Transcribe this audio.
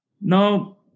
now